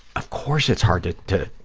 of course it's hard to to